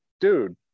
dude